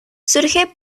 surge